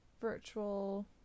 virtual